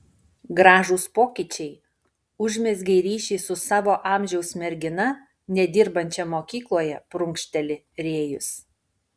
gražūs pokyčiai užmezgei ryšį su savo amžiaus mergina nedirbančia mokykloje prunkšteli rėjus